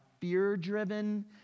fear-driven